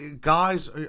guys